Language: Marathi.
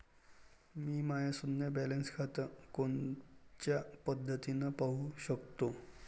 मी माय शुन्य बॅलन्स खातं कोनच्या पद्धतीनं पाहू शकतो?